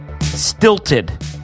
stilted